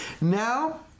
now